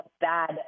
bad